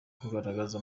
kugaragaza